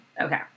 Okay